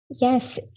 yes